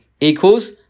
equals